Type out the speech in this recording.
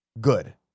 good